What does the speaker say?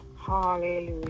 hallelujah